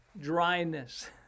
dryness